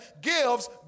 gives